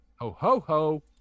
Ho-ho-ho